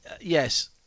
yes